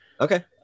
okay